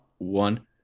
One